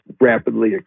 rapidly